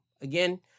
again